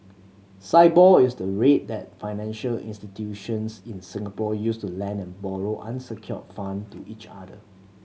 Sibor is the rate that financial institutions in Singapore use to lend and borrow unsecured fund to each other